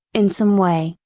in some way,